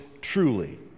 Truly